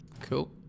cool